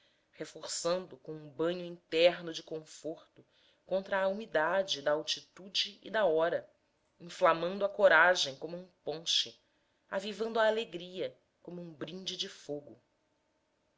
reforçando com um banho interno de conforto contra a umidade da altitude e da hora inflamando a coragem como um punch avivando a alegria como um brinde de fogo